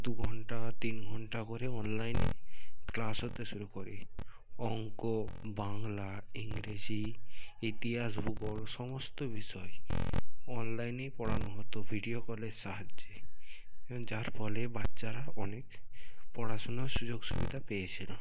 দু ঘণ্টা তিন ঘণ্টা করে অনলাইনে ক্লাস হতে শুরু করে অঙ্ক বাংলা ইংরিজি ইতিহাস ভূগোল সমস্ত বিষয় অনলাইনেই পড়ানো হতো ভিডিও কলের সাহায্যে যার ফলে বাচ্চারা অনেক পড়াশোনার সুযোগ সুবিধা পেয়েছিল